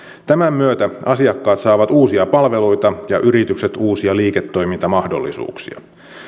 tämän myötä asiakkaat saavat uusia palveluita ja yritykset uusia liiketoimintamahdollisuuksia